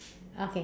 okay